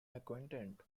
acquainted